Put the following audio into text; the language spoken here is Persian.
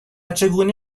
چگونه